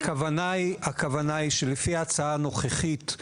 הכוונה היא שלפי ההצעה הנוכחית,